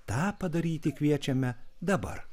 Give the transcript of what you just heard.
tą padaryti kviečiame dabar